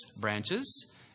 branches